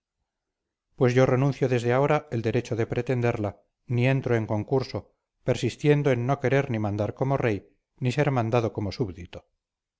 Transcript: pues yo renuncio desde ahora el derecho de pretenderla ni entro en concurso persistiendo en no querer ni mandar como rey ni ser mandado como súbdito